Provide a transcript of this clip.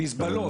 מזבלות.